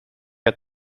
het